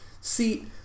See